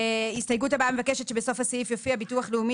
ההסתייגות הבאה מבקשת שבסוף הסעיף יופיע - ביטוח לאומי